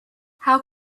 how